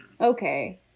Okay